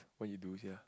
what you do sia